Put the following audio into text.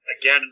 Again